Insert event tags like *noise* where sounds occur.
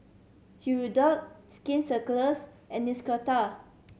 Hirudoid Skin *unintelligible* and *unintelligible*